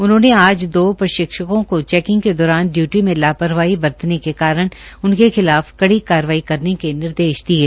उन्होंने आज दो प्रशिक्षकों को चैकिंग के दौरान लापरवाही बरतने के कारण उनके खिलाफ कड़ी कार्रवाई करने के निर्देश दिये